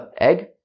egg